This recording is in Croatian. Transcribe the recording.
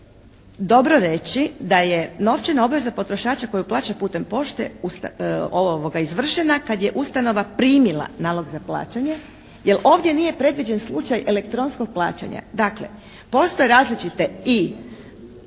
dobro reći da je novčana obveza potrošača koju plaća putem pošte izvršena kad je ustanova primila nalog za plaćanje, jer ovdje nije predviđen slučaj elektronskog plaćanja.